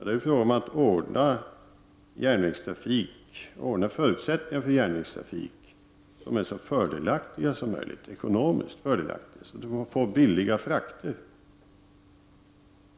Det är fråga om att ordna förutsättningar för järnvägstrafik som är så ekonomiskt fördelaktiga som möjligt så att det blir billiga frakter.